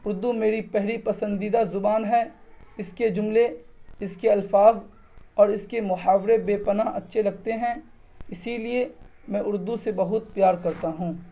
اردو میری پہلی پسندیدہ زبان ہے اس کے جملے اس کے الفاظ اور اس کے محاورے بےپناہ اچّھے لگتے ہیں اسی لیے میں اردو سے بہت پیار کرتا ہوں